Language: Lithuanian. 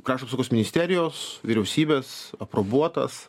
krašto apsaugos ministerijos vyriausybės aprobuotas